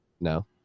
No